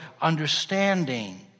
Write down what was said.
understanding